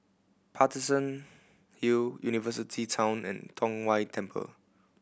Paterson Hill University Town and Tong Whye Temple